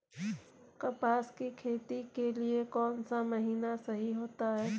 कपास की खेती के लिए कौन सा महीना सही होता है?